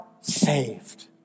saved